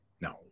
No